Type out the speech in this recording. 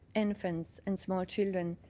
infants and small children.